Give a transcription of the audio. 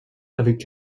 avec